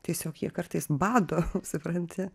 tiesiog jie kartais bado supranti